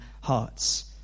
hearts